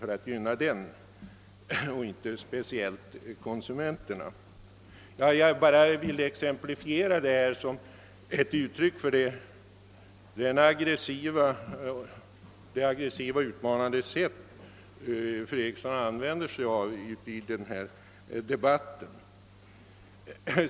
Jag ville bara ta detta som ett exempel på det aggressiva och utmanande sätt, på vilket fru Eriksson uttryckte sig i denna debatt.